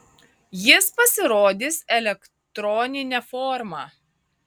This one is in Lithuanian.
jis pasirodys elektronine forma